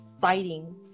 fighting